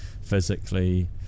physically